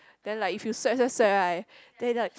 then like if you sweat sweat sweat right then you look like